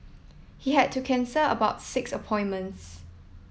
he had to cancel about six appointments